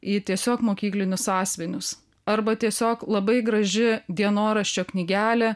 į tiesiog mokyklinius sąsiuvinius arba tiesiog labai graži dienoraščio knygelė